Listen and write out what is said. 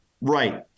Right